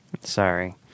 Sorry